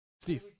Steve